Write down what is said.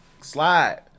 slide